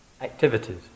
activities